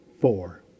Four